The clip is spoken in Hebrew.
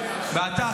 אתה,